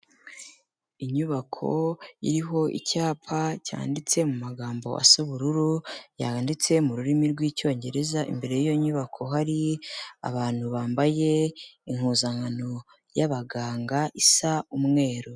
Inyubako iriho icyapa cyanditse mu magambo asa ubururu yanditse mu rurimi rw'icyongereza. Imbere y'iyo nyubako hari abantu bambaye impuzankano y'abaganga isa umweru.